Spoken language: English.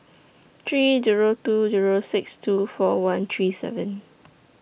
three Zero two Zero six two four one three seven